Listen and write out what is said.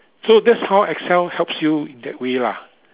so that's how Excel helps you in that way lah